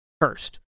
first